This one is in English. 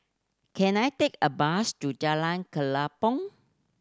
can I take a bus to Jalan Kelempong